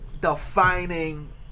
defining